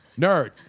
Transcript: Nerd